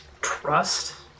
Trust